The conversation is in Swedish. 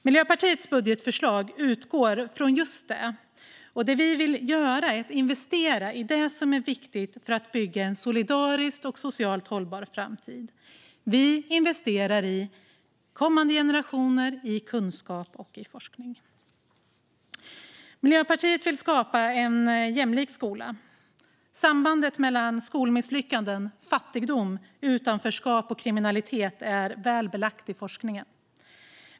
Miljöpartiets budgetförslag utgår från just det, och det vi vill göra är att investera i det som är viktigt för att bygga en solidarisk och socialt hållbar framtid. Vi investerar i kommande generationer, kunskap och forskning. Miljöpartiet vill skapa en jämlik skola. Sambandet mellan skolmisslyckanden, fattigdom, utanförskap och kriminalitet är starkt och väl belagt i forskningen.